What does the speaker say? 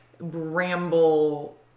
bramble